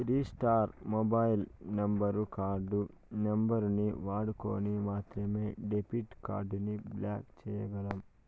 register mobile number, card నంబరుని వాడుకొని మాత్రమే డెబిట్ కార్డుని బ్లాక్ చేయ్యగలం